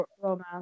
romance